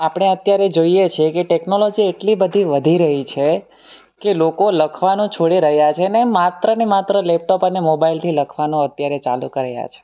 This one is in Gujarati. આપણે અત્યારે જોઈએ છીએ કે ટેકનોલોજી એટલી બધી વધી રહી છે અને લોકો લખવાનું છોડી રહ્યા છે ને માત્રને માત્ર લેપટોપ અને મોબાઈલથી લખવાનું અત્યારે ચાલું કર્યા છે